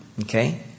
Okay